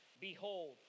behold